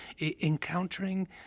encountering